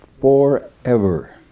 forever